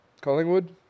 Collingwood